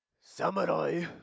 Samurai